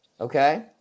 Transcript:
Okay